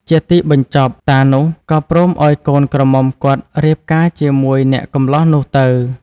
ជាទីបញ្ចប់ តានោះក៏ព្រមឲ្យកូនក្រមុំគាត់រៀបការជាមួយអ្នកកម្លោះនោះទៅ។